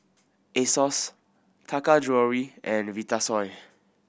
Asos Taka Jewelry and Vitasoy